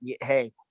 hey